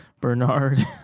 Bernard